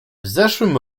zeszłym